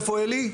אלי,